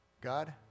God